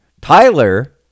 Tyler